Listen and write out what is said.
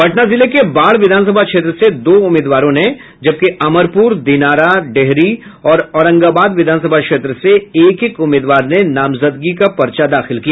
पटना जिले के बाढ़ विधानसभा क्षेत्र से दो उम्मीदवारों ने जबकि अमरपुर दिनारा डेहरी और औरंगाबाद विधानसभा क्षेत्र से एक एक उम्मीदवार ने नामजदगी का पर्चा दाखिल किया